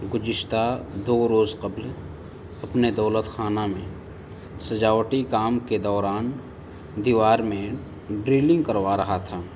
گزشتہ دو روز قبل اپنے دولت خانہ میں سجاوٹی کام کے دوران دیوار میں ڈرلنگ کروا رہا تھا